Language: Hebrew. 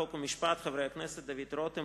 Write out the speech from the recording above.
חוק ומשפט: חברי הכנסת דוד רותם,